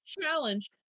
challenge